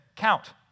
count